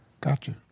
Gotcha